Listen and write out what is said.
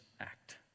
act